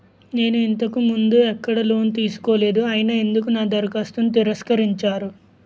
నేను ఇంతకు ముందు ఎక్కడ లోన్ తీసుకోలేదు అయినా ఎందుకు నా దరఖాస్తును తిరస్కరించారు?